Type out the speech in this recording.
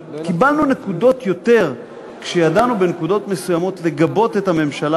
קיבלנו יותר נקודות כשידענו בנקודות מסוימות לגבות את הממשלה